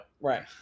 Right